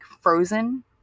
frozen